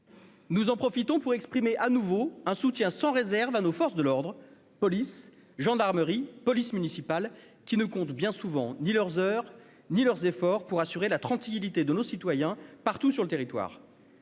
Nous en profitons pour exprimer à nouveau un soutien sans réserve à nos forces de l'ordre, police, gendarmerie, police municipale, qui ne comptent bien souvent ni leurs heures, ni leurs efforts pour assurer la tranquillité de nos citoyens partout sur le territoire.